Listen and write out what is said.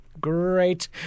great